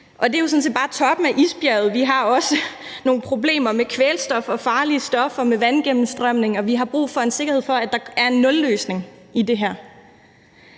set bare toppen af isbjerget. Vi har også nogle problemer med kvælstof og farlige stoffer og vandgennemstrømning, og vi har brug for en sikkerhed for, at der er en nulløsning i det her.